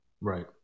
right